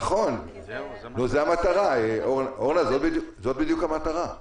הנתונים האלה מגיעים למשרד